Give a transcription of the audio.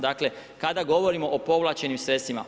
Dakle, kada govorimo o povlačenim sredstvima.